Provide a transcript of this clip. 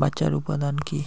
বাঁচার উপাদান কী?